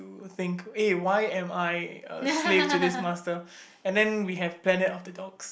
think eh why am I a slave to this master and then we have planet of the dogs